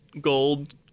gold